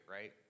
right